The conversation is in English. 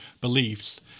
beliefs